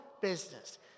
business